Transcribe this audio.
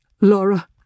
Laura